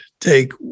Take